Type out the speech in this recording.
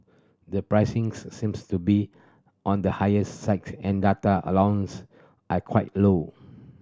the pricing's seems to be on the higher side and data allowances are quite low